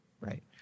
Right